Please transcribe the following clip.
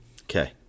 Okay